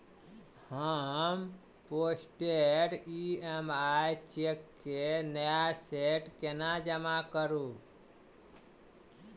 हम postdated EMI cheque केँ नया सेट केना जमा करू?